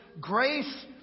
grace